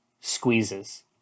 squeezes